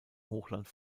hochland